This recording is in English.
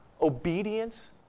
obedience